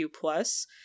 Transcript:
plus